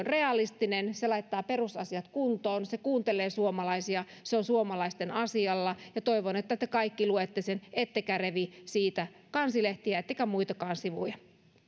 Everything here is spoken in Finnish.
realistinen se laittaa perusasiat kuntoon se kuuntelee suomalaisia se on suomalaisten asialla toivon että te kaikki luette sen ettekä revi siitä kansilehtiä ettekä muitakaan sivuja